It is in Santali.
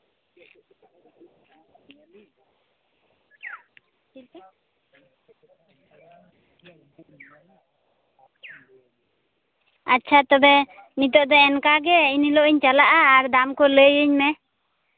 ᱟᱪᱪᱷᱟ ᱛᱚᱵᱮ ᱱᱤᱛᱳᱜ ᱫᱚ ᱮᱱᱠᱟ ᱜᱮ ᱮᱱ ᱦᱤᱞᱳᱜ ᱤᱧ ᱪᱟᱞᱟᱜᱼᱟ ᱟᱨ ᱫᱟᱢ ᱠᱚ ᱞᱟᱹᱭᱟᱹᱧ ᱢᱮ